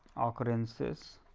ah occurrences